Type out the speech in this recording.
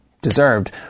Deserved